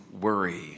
worry